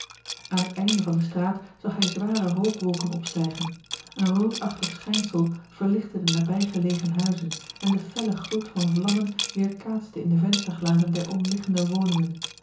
aan het einde van de straat zag hij zware rookwolken opstijgen een roodachtig schijnsel verlichtte de nabijgelegen huizen en de felle gloed van vlammen weêrkaatste in de vensterglazen der omliggende woningen